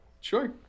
sure